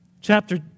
chapter